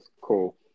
cool